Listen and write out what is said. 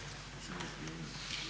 Hvala